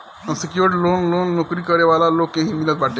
unsecured loan loan नोकरी करे वाला लोग के ही मिलत बाटे